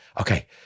okay